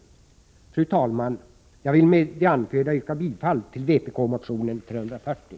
Fru talman! Jag vill med det anförda yrka bifall till vpk-motionen 340.